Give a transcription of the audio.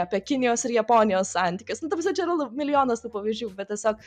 apie kinijos ir japonijos santykius nu ta prasme čia yra milijonas tų pavyzdžių bet tiesiog